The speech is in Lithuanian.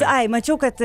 ai mačiau kad